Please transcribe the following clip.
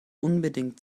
unbedingt